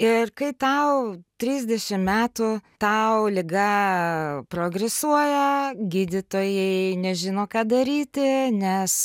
ir kai tau trisdešim metų tau liga progresuoja gydytojai nežino ką daryti nes